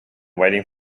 waiting